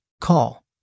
Call